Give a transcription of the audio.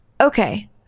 Okay